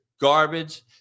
garbage